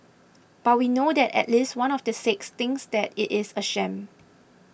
but we know that at least one of the six thinks that it is a sham